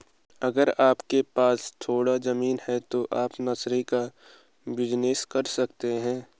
अगर आपके पास थोड़ी ज़मीन है तो आप नर्सरी का बिज़नेस कर सकते है